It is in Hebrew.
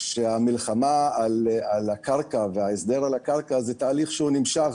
שהמלחמה על הקרקע וההסדר על הקרקע הוא תהליך הוא נמשך.